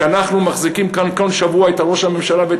שאנחנו מחזיקים כאן את ראש הממשלה ואת